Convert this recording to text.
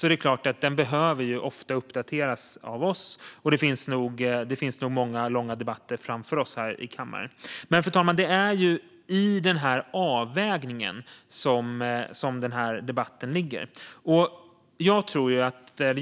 Den behöver därför uppdateras, och vi har nog många och långa debatter om det framför oss i kammaren. Fru talman! Det är i denna avvägning som den här debatten rör sig.